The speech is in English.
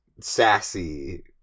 sassy